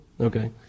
Okay